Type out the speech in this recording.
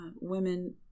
women